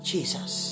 Jesus